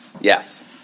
Yes